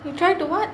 you try to what